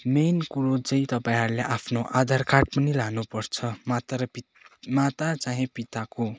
main कुरो चाहिँ तपाईँहरूले आफ्नो आधार कार्ड पनि लानु पर्छ माता र पित माता चाहे पिताको